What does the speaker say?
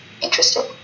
Interested